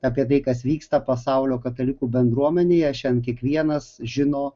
apie tai kas vyksta pasaulio katalikų bendruomenėje šiandien kiekvienas žino